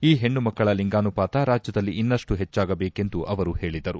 ಈ ಹೆಣ್ಣು ಮಕ್ಕಳ ಲಿಂಗಾನುಪಾತ ರಾಜ್ಯದಲ್ಲಿ ಇನ್ನಷ್ಟು ಹೆಚ್ಚಾಗಬೇಕೆಂದು ಅವರು ಹೇಳಿದರು